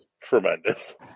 tremendous